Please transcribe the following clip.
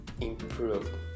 improve